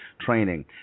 training